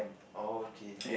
oh okay